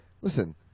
listen